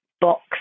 box